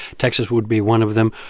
texas would be one of them.